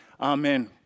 Amen